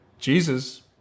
Jesus